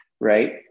right